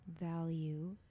value